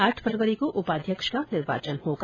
आठ फरवरी को उपाध्यक्ष का निर्वाचन होगा